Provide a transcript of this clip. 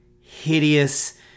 hideous